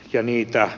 puhemies